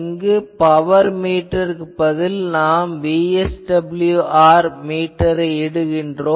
இங்கு பவர் மீட்டருக்குப் பதில் நாம் VSWR மீட்டரை இடுகிறோம்